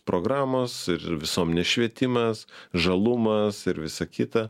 programos ir visuomenės švietimas žalumas ir visa kita